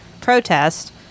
protest